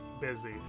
busy